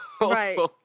Right